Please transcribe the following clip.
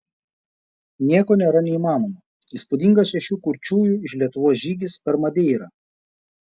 nieko nėra neįmanomo įspūdingas šešių kurčiųjų iš lietuvos žygis per madeirą